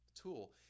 tool